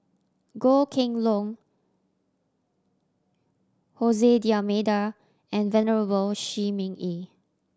Goh Kheng Long Hose D'Almeida and Venerable Shi Ming Yi